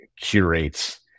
curates